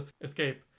escape